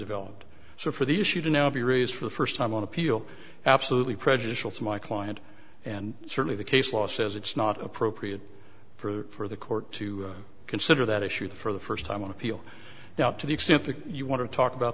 developed so for the issue to now be raised for the first time on appeal absolutely prejudicial to my client and certainly the case law says it's not appropriate for the court to consider that issue for the first time on appeal now to the extent that you want to talk about